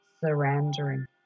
surrendering